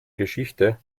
geschichte